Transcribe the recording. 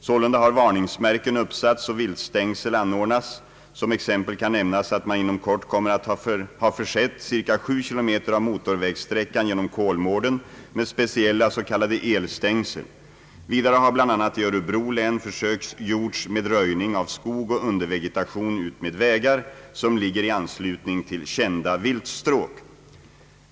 Sålunda har varningsmärken uppsatts och viltstängsel anordnats. Som exempel kan nämnas att man inom kort kommer att ha försett ca sju km av motorvägsträckan genom Kolmården med speciella s.k. elstängsel. Vidare har bl.a. i Örebro län försök gjorts med röjning av skog och undervegetation utmed vägar, som ligger i anslutning till kända viltstråk.